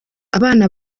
abana